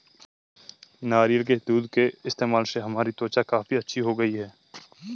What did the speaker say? नारियल के दूध के इस्तेमाल से हमारी त्वचा काफी अच्छी हो गई है